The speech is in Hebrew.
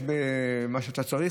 מה שאתה צריך,